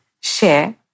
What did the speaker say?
share